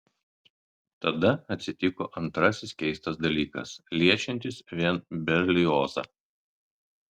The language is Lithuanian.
tada atsitiko antrasis keistas dalykas liečiantis vien berliozą